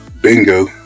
Bingo